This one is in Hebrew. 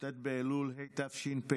י"ט באלול התשפ"ב,